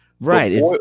Right